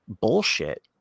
bullshit